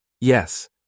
Yes